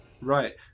right